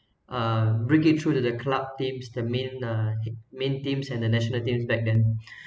uh break it through to the club teams the main uh main teams and the national teams back then